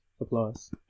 Applause